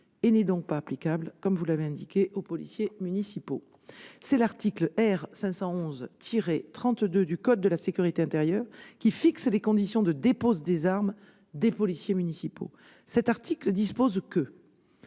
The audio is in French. et n'est donc pas applicable aux policiers municipaux. C'est l'article R. 511-32 du code de la sécurité intérieure qui fixe les conditions de dépose des armes des policiers municipaux. Cet article dispose que,